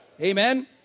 Amen